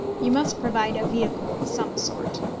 you must provide a vehicle of some sort.